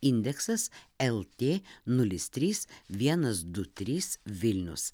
indeksas lt nulis trys vienas du trys vilnius